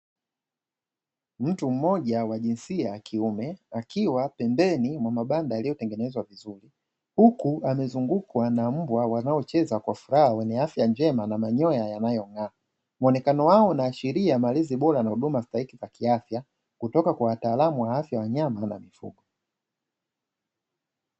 Mtu mmoja wa jinsia ya kiume, akiwa pembeni mwa mabanda yaliyotengenezwa vizuri, huku amezungukwa na mbwa wanaocheza kwa furaha wenye afya njema na manyoya yanayong'aa, muonekano wao unaashiria malezi bora na huduma stahiki za kiafya, kutoka kwa wataalamu wa afya ya wanyama na mifugo.